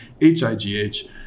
h-i-g-h